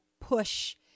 push